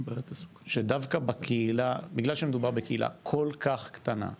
שדווקא בגלל שמדובר בקהילה כל כך קטנה,